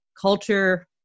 culture